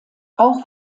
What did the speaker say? auch